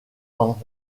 dans